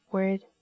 Word